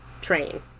train